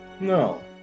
No